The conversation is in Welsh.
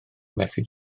methu